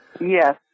Yes